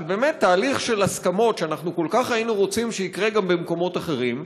תהליך של הסכמות שאנחנו כל כך היינו רוצים שיקרה גם במקומות אחרים,